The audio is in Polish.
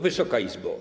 Wysoka Izbo!